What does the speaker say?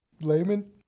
Layman